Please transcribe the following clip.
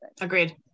agreed